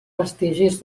vestigis